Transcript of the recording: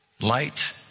Light